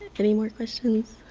anymore questions?